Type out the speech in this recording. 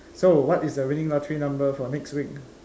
so what is the winning lottery number for next week